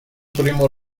primo